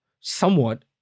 somewhat